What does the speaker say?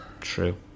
True